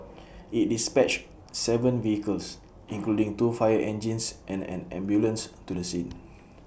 IT dispatched Seven vehicles including two fire engines and an ambulance to the scene